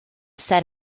set